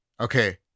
Okay